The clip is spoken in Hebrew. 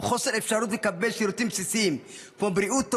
הוא חוסר אפשרות לקבל שירותים בסיסיים כמו בריאות טובה,